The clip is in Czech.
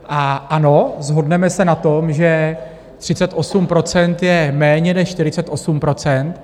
A ano, shodneme se na tom, že 38 % je méně než 48 %.